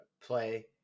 play